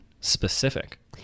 specific